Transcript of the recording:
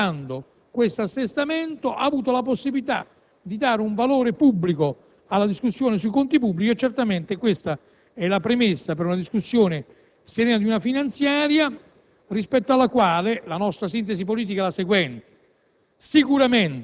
poi la Nota di aggiornamento al 30 settembre, infine approvando questo assestamento, ha avuto la possibilità di dare un valore pubblico alla discussione sui conti pubblici, premessa per una discussione serena di una finanziaria